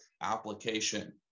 application